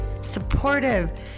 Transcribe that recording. supportive